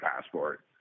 passport